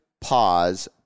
pause